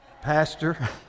Pastor